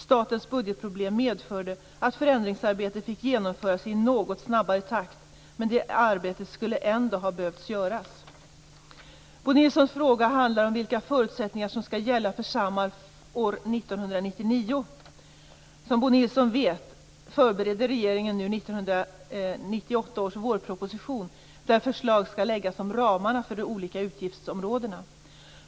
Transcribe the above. Statens budgetproblem medförde att förändringsarbetet fick genomföras i en något snabbare takt men det arbetet skulle ändå ha behövt göras. Bo Nilssons fråga handlar om vilka förutsättningar som skall gälla för Samhall år 1999. Som Bo Nilsson vet förbereder regeringen nu 1998 års vårproposition där förslag skall läggas om ramarna för de olika utgiftsområdena.